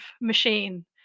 machine